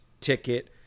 Ticket